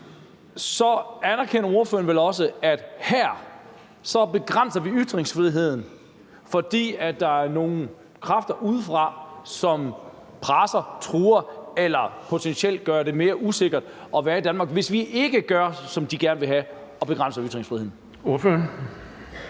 så anerkender ordføreren vel også, at her begrænser vi ytringsfriheden, fordi der er nogle kræfter udefra, som presser, truer eller potentielt gør det mere usikkert at være i Danmark, hvis vi ikke gør, som de gerne vil have, og begrænser ytringsfriheden.